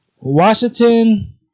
Washington